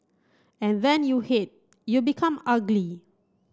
and when you hate you become ugly